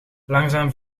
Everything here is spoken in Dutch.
langzaam